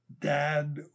Dad